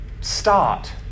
start